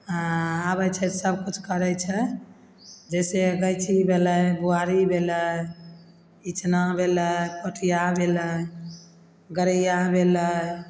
आओर आबय छै सबकिछु करय छै जैसे गैञ्ची भेलय बोआरी भेलय इचना भेलय पोठिया भेलय गरैया भेलय